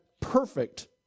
perfect